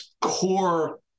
core